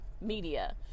media